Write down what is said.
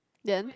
then